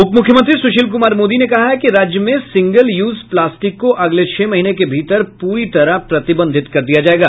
उप मुख्यमंत्री सुशील क्मार मोदी ने कहा है कि राज्य में सिंगल यूज प्लास्टिक को अगले छह महीने के भीतर पूरी तरह प्रतिबंधित कर दिया जायेगा